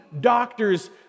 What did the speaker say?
doctor's